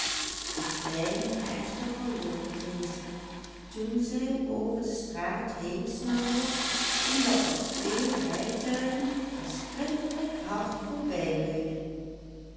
de kleine echter verloor deze toen zij over de straat heen snelde omdat er twee rijtuigen verschrikkelijk hard voorbijreden